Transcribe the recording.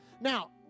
Now